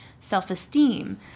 self-esteem